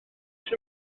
sydd